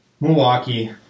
Milwaukee